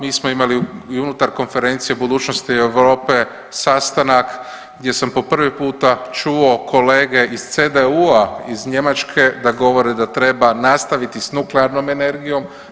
Mi smo imali i unutar Konferencije o budućnosti Europe sastanak gdje sam po prvi puta čuo kolege iz CDU-a iz Njemačke da govore da treba nastaviti s nuklearnom energijom.